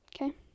okay